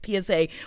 PSA